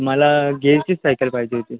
मला गेअरचीच सायकल पाहिजे होती